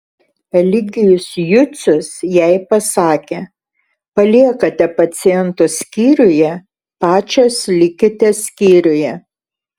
eligijus jucius jai pasakė paliekate pacientus skyriuje pačios likite skyriuje